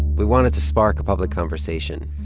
we want it to spark a public conversation.